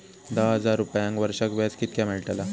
दहा हजार रुपयांक वर्षाक व्याज कितक्या मेलताला?